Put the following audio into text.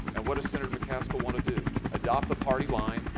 and what does senator mccaskill want to do? adopt the party line,